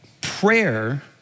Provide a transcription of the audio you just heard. prayer